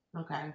Okay